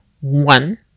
One